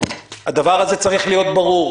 הדבר הזה צריך להיות ברור,